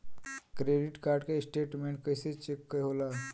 Credit card के statement कइसे check होला?